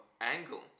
angle